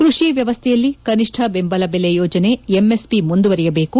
ಕೃಷಿ ವ್ದವಸ್ಟೆಯಲ್ಲಿ ಕನಿಷ್ಠ ದೆಂಬಲ ಬೆಲೆ ಯೋಜನೆ ಎಂಎಸ್ಪಿ ಮುಂದುವರೆಯಬೇಕು